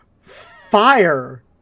fire